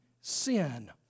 sin